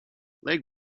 leg